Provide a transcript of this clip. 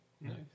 nice